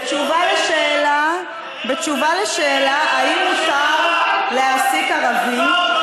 בתשובה על השאלה אם מותר להעסיק ערבים,